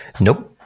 Nope